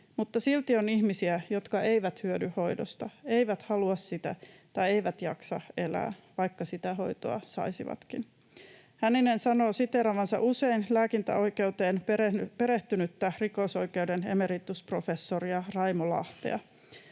Mutta silti on ihmisiä, jotka eivät hyödy hoidosta, eivät halua sitä tai eivät jaksa elää, vaikka sitä hoitoa saisivatkin.” Hänninen sanoo siteeraavansa usein lääkintäoikeuteen perehtynyttä rikosoikeuden emeritusprofessori Raimo Lahtea: